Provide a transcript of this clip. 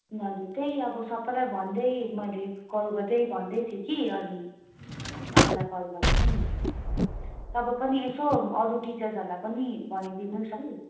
तिनीहरू चाहिँ अब सबैलाई भन्दै मैले कल गर्दै भन्दै थिएँ कि अनि तपाईँलाई कल गरेको नि तपाईँ पनि यसो अरू टिचर्सहरूलाई पनि भनिदिनु होस् है